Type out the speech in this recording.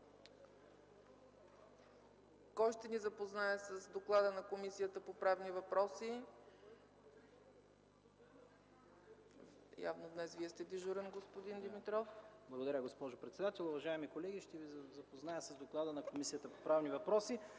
Кой ще ни запознае с доклада на Комисията по правни въпроси? Явно днес Вие сте дежурен, господин Димитров. ДОКЛАДЧИК ТОДОР ДИМИТРОВ: Благодаря, госпожо председател. Уважаеми колеги, ще Ви запозная с доклада на Комисията по правни въпроси.